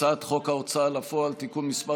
הצעת חוק ההוצאה לפועל (תיקון מס'